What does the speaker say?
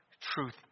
truth